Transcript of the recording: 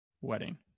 Wedding